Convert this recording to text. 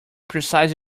precise